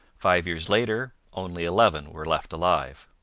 five years later only eleven were left alive.